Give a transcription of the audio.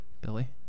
Billy